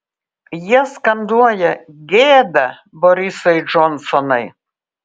jie skanduoja gėda borisai džonsonai